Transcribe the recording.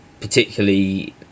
particularly